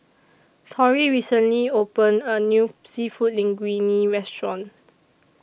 Tory recently opened A New Seafood Linguine Restaurant